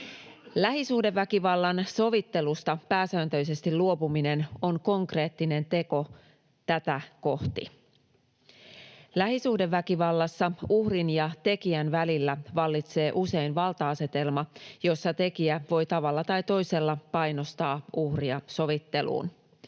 Lähisuhdeväkivallan sovittelusta pääsääntöisesti luopuminen on konkreettinen teko tätä kohti. Lähisuhdeväkivallassa uhrin ja tekijän välillä vallitsee usein valta-asetelma, jossa tekijä voi tavalla tai toisella painostaa uhria sovitteluun.